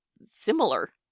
similar